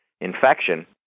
infection